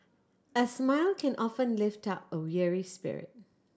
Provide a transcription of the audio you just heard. a smile can often lift up a weary spirit